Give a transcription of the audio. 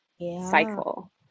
cycle